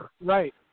Right